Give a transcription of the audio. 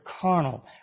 carnal